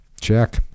check